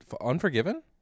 Unforgiven